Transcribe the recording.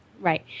Right